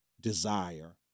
desire